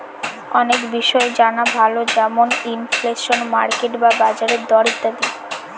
অনেক বিষয় জানা ভালো যেমন ইনফ্লেশন, মার্কেট বা বাজারের দর ইত্যাদি